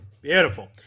Beautiful